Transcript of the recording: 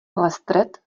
lestred